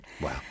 Wow